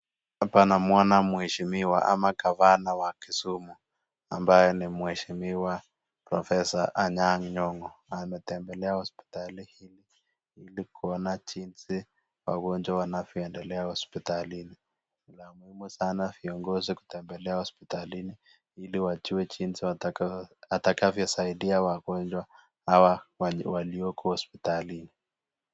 Hapa namwona mheshimiwa ama gavana wa Kisumu ambaye ni mheshimiwa professor Anyang' Nyong'o ametembelea hospitali ili kuona jinsi wagonjwa wanaendelea hospitalini. Ni muhimu sana viongozi kutembelea hospitalini ili wajue jinsi watakavyo saidia wagonjwa hawa walioko hospitalini.